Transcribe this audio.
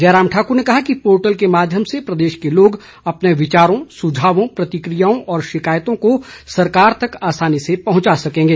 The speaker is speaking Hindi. जयराम ठाकुर ने कहा कि पोर्टल के माध्यम से प्रदेश के लोग अपने विचारों सुझावों प्रतिकियाओं और शिकायतों को सरकार तक आसानी से पहुंचा सकेंगे